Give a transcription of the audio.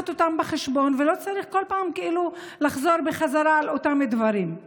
ללא צורך לחזור על אותם דברים כל פעם.